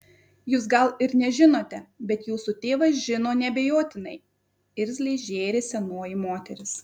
jūs gal ir nežinote bet jūsų tėvas žino neabejotinai irzliai žėrė senoji moteris